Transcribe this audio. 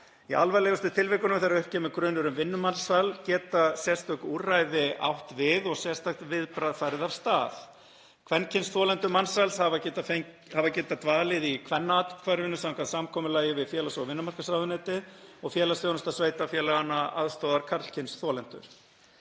Í alvarlegustu tilvikunum, þegar upp kemur grunur um vinnumansal, geta sérstök úrræði átt við og sérstakt viðbragð farið af stað. Kvenkyns þolendur mansals hafa getað dvalið í Kvennaathvarfinu samkvæmt samkomulagi við félags- og vinnumarkaðsráðuneytið og félagsþjónusta sveitarfélaganna aðstoðar karlkyns þolendur.